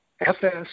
FS